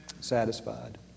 satisfied